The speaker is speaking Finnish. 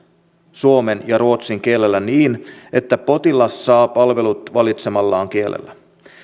suomen ja ruotsin kielellä niin että potilas saa palvelut valitsemallaan kielellä